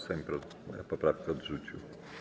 Sejm poprawkę odrzucił.